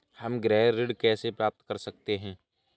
हम गृह ऋण कैसे प्राप्त कर सकते हैं?